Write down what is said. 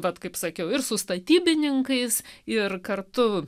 bet kaip sakiau ir su statybininkais ir kartu